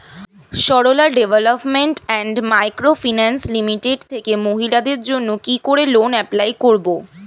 Sarala development and micro finance limited থেকে মহিলাদের জন্য কি করে লোন এপ্লাই করব?